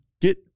get